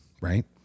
right